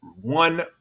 one